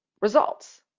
results